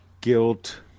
guilt